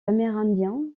amérindiens